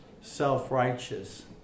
self-righteous